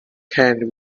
can